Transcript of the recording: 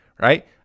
right